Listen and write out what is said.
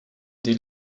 die